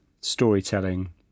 storytelling